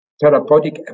therapeutic